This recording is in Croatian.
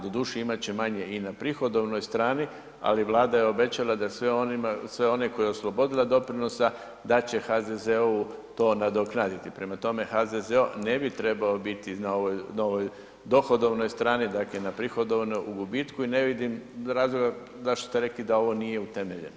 Doduše, imat će manje i na prihodovnoj strani, ali Vlada je obećala da sve one koje je oslobodila doprinosa, da će HZZO-u to nadoknaditi, prema tome, HZZO ne bi trebao biti na ovoj dohodovnoj strani, dakle na prihodovnoj u gubitku i ne vidim razloga zašto ste rekli da ovo nije utemeljeno.